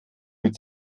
mit